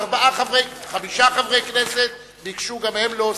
ארבעה חמישה חברי כנסת ביקשו גם הם להוסיף.